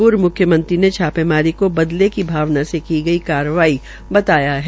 पूर्व मुख्यमंत्री ने छापेमारी को बदले की भावना से की गई कार्रवाई बताया है